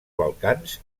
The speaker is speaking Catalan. balcans